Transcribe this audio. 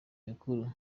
mikuru